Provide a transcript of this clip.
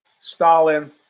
Stalin